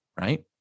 right